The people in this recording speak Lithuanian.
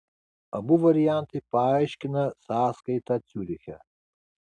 abu variantai paaiškina sąskaitą ciuriche